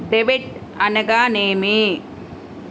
Debit అనగానేమి?